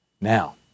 Now